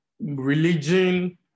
religion